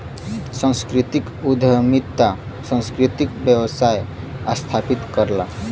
सांस्कृतिक उद्यमिता सांस्कृतिक व्यवसाय स्थापित करला